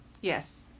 Yes